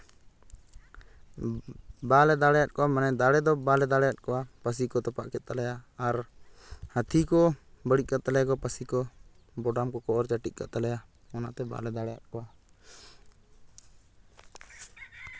ᱵᱟᱞᱮ ᱫᱟᱲᱮᱭᱟᱫ ᱠᱚᱣᱟ ᱢᱟᱱᱮ ᱫᱟᱲᱮ ᱫᱚ ᱵᱟᱞᱮ ᱫᱟᱲᱮᱭᱟᱫ ᱠᱚᱣᱟ ᱯᱟᱹᱥᱤ ᱠᱚ ᱛᱚᱯᱟᱜ ᱠᱮᱫ ᱛᱟᱞᱮᱭᱟ ᱟᱨ ᱦᱟᱹᱛᱤ ᱠᱚ ᱵᱟᱹᱲᱤᱡ ᱠᱟᱜ ᱛᱟᱞᱮᱭᱟᱠᱚ ᱯᱟᱹᱥᱤ ᱠᱚ ᱵᱚᱰᱟᱢ ᱠᱚᱠᱚ ᱚᱨ ᱪᱟᱹᱴᱤᱡ ᱠᱟᱜ ᱛᱟᱞᱮᱭᱟ ᱚᱱᱟᱛᱮ ᱵᱟᱞᱮ ᱫᱟᱲᱮᱭᱟᱜ ᱠᱚᱣᱟ